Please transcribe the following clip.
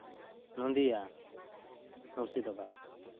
Nadia Murshidabad